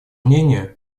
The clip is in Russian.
мнению